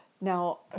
Now